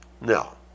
No